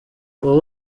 wowe